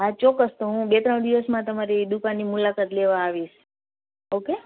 હા ચોક્કસ તો હુ બે ત્રણ દિવસમાં દુકાનની મુલાકાત લેવા આવિસ ઓકે